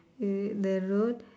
hmm the road